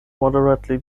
moderately